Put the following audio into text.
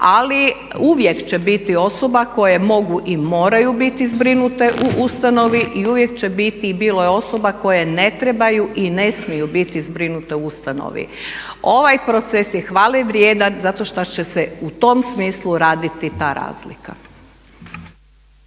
ali uvijek će biti osoba koje mogu i moraju biti zbrinute u ustanovi i uvijek će biti i bilo je osoba koje ne trebaju i ne smiju biti zbrinute u ustanovi. Ovaj proces je hvale vrijedan zato što će se u tom smislu raditi ta razlika.